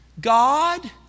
God